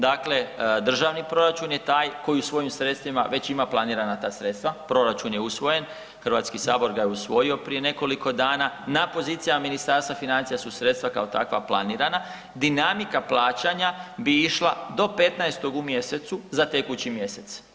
Dakle, državni proračun je taj koji svojim sredstvima već ima planirana ta sredstva, proračun je usvojen, Hrvatski sabor ga je usvojio prije nekoliko dana, na pozicijama Ministarstva financija su sredstva kao takva, planirana, dinamika plaćanja bi išla do 15. u mjesecu za tekući mjesec.